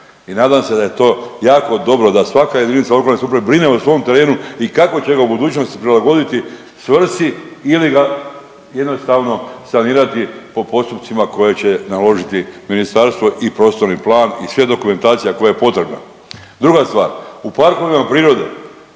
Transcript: i nadam se da je to jako dobro, da svaka jedinica lokalne samouprave brine o svom terenu i kako će ga u budućnosti prilagoditi svrsi ili ga jednostavno sanirati po postupcima koje će naložiti ministarstvo i prostorni plan i sva dokumentacija koja je potrebna. Druga stvar, u parkovima prirode